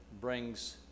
brings